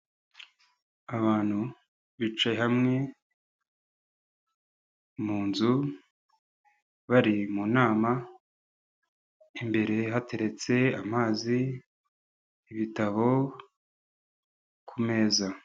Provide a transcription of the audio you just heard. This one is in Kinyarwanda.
Abantu bicaye hamwe mu nzu bari mu nama imbere hateretse amazi ibitabo ku meza.